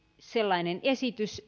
sellainen esitys